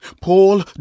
Paul